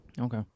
Okay